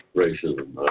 racism